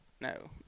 No